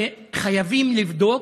חייבים לבדוק.